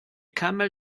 camel